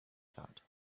thought